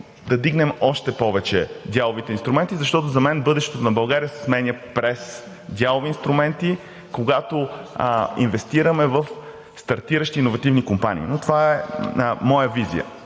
да вдигнем още повече дяловите инструмент, защото за мен бъдещето на България се сменя през дялови инструменти, когато инвестираме в стартиращи иновативни компании, но това е моя визия.